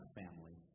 family